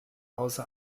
hause